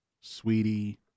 Sweetie